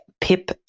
Pip